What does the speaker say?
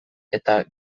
eta